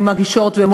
הן מגישות תלונה,